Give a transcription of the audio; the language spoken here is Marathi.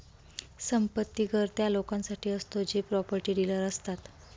संपत्ती कर त्या लोकांसाठी असतो जे प्रॉपर्टी डीलर असतात